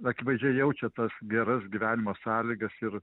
akivaizdžiai jaučia tas geras gyvenimo sąlygas ir